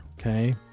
Okay